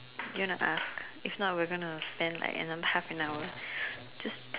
you wanna ask if not we're gonna spend like another half an hour just